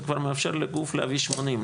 זה כבר מאפשר לגוף להביא שמונים.